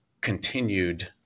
continued